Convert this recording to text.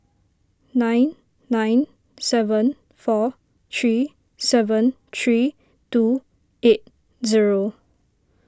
nine nine seven four three seven three two eight zero